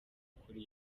kuri